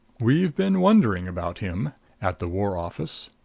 we've been wondering about him at the war office.